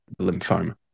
lymphoma